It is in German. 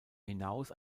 hinaus